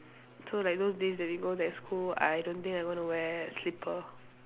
so like those days that we go that school I don't think I'm going to wear slipper